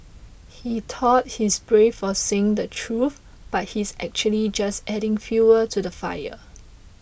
he thought he's brave for saying the truth but he's actually just adding fuel to the fire